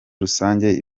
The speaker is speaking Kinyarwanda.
rusange